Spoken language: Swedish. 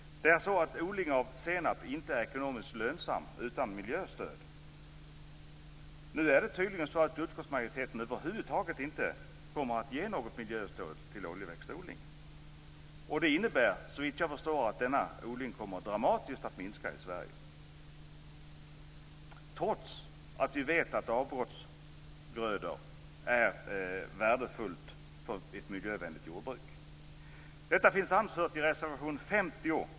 Odling av senap är alltså inte ekonomiskt lönsam utan miljöstöd. Nu är det tydligen så att utskottsmajoriteten över huvud taget inte kommer att ge något miljöstöd till oljeväxtodling. Det innebär såvitt jag förstår att denna odling kommer att minska dramatiskt i Sverige trots att vi vet att detta med avbrottsgrödor är värdefullt för ett miljövänligt jordbruk. Detta finns anfört i reservation 50.